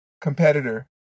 competitor